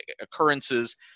occurrences